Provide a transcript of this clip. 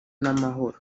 n’amahoro